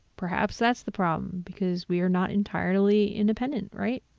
perhaps that's the problem because we are not entirely independent, right?